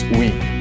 week